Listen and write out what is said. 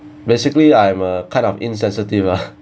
basically I'm a kind of insensitive lah